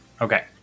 Okay